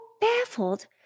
baffled